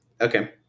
Okay